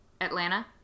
Atlanta